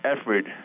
effort